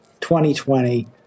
2020